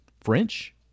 French